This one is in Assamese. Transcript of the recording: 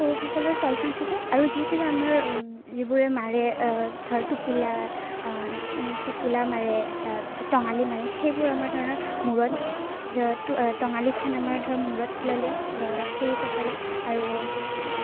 পুৰুষসকলৰ চলচাং থাকে আৰু যিহেতুকে আমাৰ যিবোৰে মাৰে ধৰ টোপোলা টোপোলা মাৰে তাৰপিছত টঙালি মাৰে সেইবোৰ আমাৰ ধৰণৰ মূৰত টঙালিখন আমাৰ ধৰ মূৰত ল'লে ল'ৰা পুৰুষসকলে আৰু